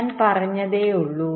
ഞാൻ പറഞ്ഞതേയുള്ളൂ